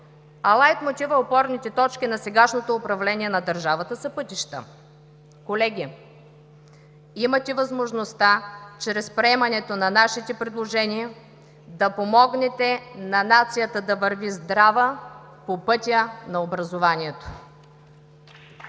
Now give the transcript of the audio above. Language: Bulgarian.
лайтмотивът, опорните точки на сегашното управление на държавата, са пътища. Колеги, имате възможността, чрез приемането на нашите предложения, да помогнете на нацията да върви здрава по пътя на образованието.